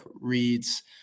reads